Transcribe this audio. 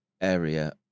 area